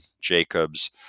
Jacobs